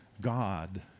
God